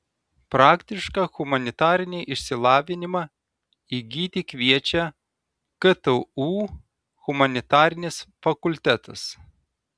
praktišką humanitarinį išsilavinimą įgyti kviečia ktu humanitarinis fakultetas